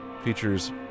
Features